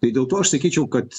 tai dėl to aš sakyčiau kad